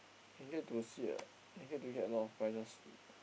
can get to see uh can get to get a lot of prizes